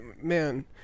man